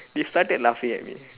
they started laughing at me